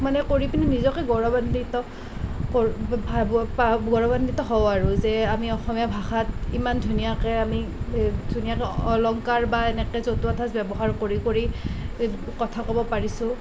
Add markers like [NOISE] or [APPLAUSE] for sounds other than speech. মানে কৰি পেনে নিজকে গৌৰৱান্বিত কৰোঁ ভাবোঁ [UNINTELLIGIBLE] গৌৰৱান্বিত হওঁ আৰু যে আমি অসমীয়া ভাষাত ইমান ধুনীয়াকৈ আমি ধুনীয়াকৈ অলংকাৰ বা এনেকে জতুৱা ঠাঁচ ব্যৱহাৰ কৰি কৰি [UNINTELLIGIBLE] কথা ক'ব পাৰিছোঁ